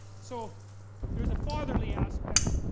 so there's a fatherly aspect.